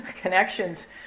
connections